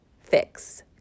fix